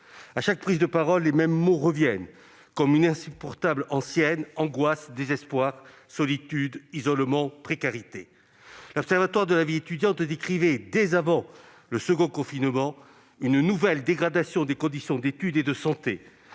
À chaque prise de parole, les mêmes mots reviennent comme une insupportable antienne : angoisse, désespoir, solitude, isolement, précarité. L'Observatoire national de la vie étudiante décrivait, dès avant le second confinement, une nouvelle dégradation des conditions d'études et de santé